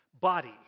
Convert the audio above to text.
body